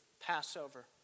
Passover